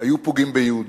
היו פוגעים ביהודים.